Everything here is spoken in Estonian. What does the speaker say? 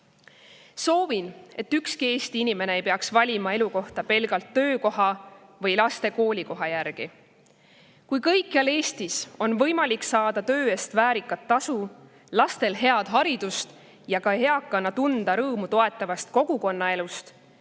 aitäh! Soovin, et ükski Eesti inimene ei peaks valima elukohta pelgalt töökoha või laste koolikoha järgi. Kui kõikjal Eestis on võimalik saada töö eest väärikat tasu, lastele head haridust ja eakana tunda rõõmu toetavast kogukonnaelust,